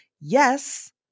yes